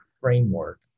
framework